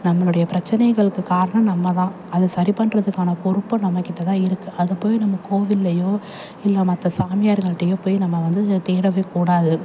நம்மளுடைய பிரச்சனைகளுக்கு காரணம் நம்ம தான் அது சரி பண்ணுறதுக்கான பொறுப்பு நம்மக்கிட்ட தான் இருக்குது அது போய் நம்ம கோவில்லேயோ இல்லை மற்ற சாமியாருங்கள்ட்டேயோ போய் நம்ம வந்து தேடவே கூடாது